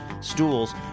stools